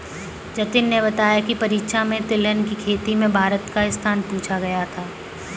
जतिन ने बताया की परीक्षा में तिलहन की खेती में भारत का स्थान पूछा गया था